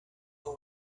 who